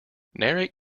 narrate